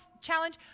challenge